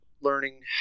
learning